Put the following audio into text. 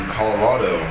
Colorado